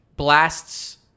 Blasts